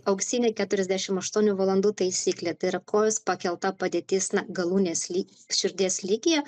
auksinė keturiasdešim aštuonių valandų taisyklė tai yra kojos pakelta padėtis na galūnės ly širdies lygyje